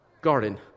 garden